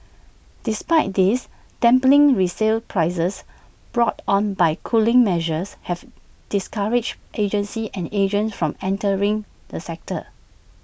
despite this dampening resale prices brought on by cooling measures have discouraged agencies and agents from entering the sector